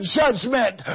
judgment